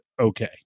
okay